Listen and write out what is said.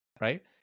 right